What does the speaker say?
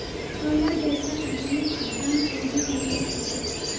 ओला जैसा कम्पनीत उद्दाम पून्जिर निवेश होछे